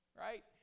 right